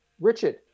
Richard